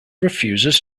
refuses